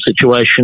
situation